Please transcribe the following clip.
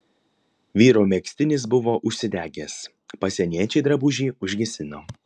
vyro megztinis buvo užsidegęs pasieniečiai drabužį užgesino